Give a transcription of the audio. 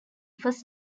first